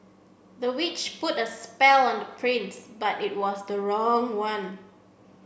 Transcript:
the witch put a spell on the prince but it was the wrong one